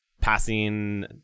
passing